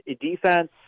Defense